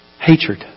hatred